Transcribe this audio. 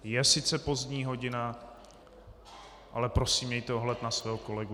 Je sice pozdní hodina, ale prosím, mějte ohled na svého kolegu.